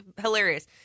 hilarious